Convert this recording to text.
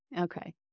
Okay